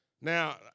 Now